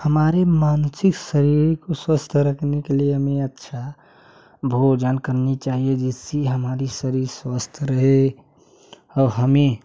हमारे मानसिक शरीर को स्वस्थ रखने के लिए हमें अच्छा भोजन करनी चाहिए जिससे हमारी शरीर स्वस्थ रहे और हमें